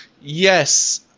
Yes